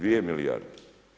2 milijarde.